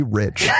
rich